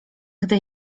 gdy